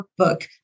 workbook